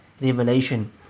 revelation